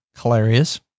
Hilarious